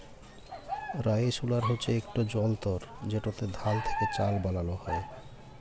rice huller হছে ইকট যল্তর যেটতে ধাল থ্যাকে চাল বালাল হ্যয়